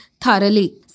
thoroughly